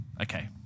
Okay